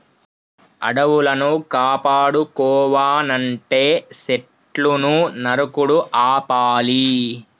అడవులను కాపాడుకోవనంటే సెట్లును నరుకుడు ఆపాలి